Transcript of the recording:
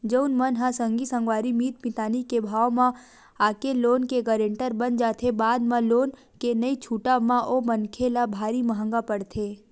जउन मन ह संगी संगवारी मीत मितानी के भाव म आके लोन के गारेंटर बन जाथे बाद म लोन के नइ छूटब म ओ मनखे ल भारी महंगा पड़थे